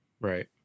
Right